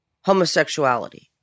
homosexuality